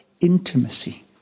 intimacy